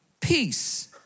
peace